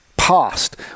Past